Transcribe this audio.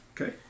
Okay